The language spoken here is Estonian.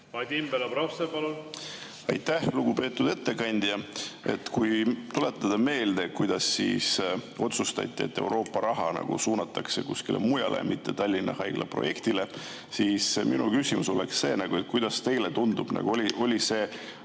Aitäh! Lugupeetud ettekandja! Kui tuletada meelde, kuidas otsustati, et Euroopa raha suunatakse mujale, mitte Tallinna Haigla projektile, siis minu küsimus on see: kuidas teile tundub, kas see